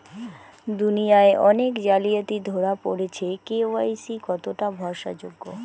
দুনিয়ায় অনেক জালিয়াতি ধরা পরেছে কে.ওয়াই.সি কতোটা ভরসা যোগ্য?